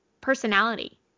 personality